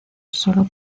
solo